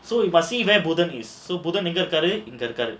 so you must see Budhan எங்க இருக்காரு இங்க இருக்காரு:budhan enga irukkaaru inga irukkaaru